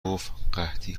گفتقحطی